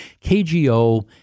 KGO